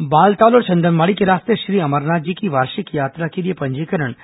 अमरनाथ यात्रा पंजीकरण बालताल और चंदनबाड़ी के रास्ते श्री अमरनाथ जी की वार्षिक यात्रा के लिए पंजीकरण